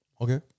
Okay